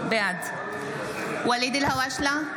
בעד ואליד אלהואשלה,